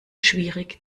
schwierig